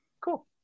cool